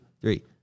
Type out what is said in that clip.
three